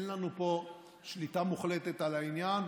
אין לנו פה שליטה מוחלטת על העניין,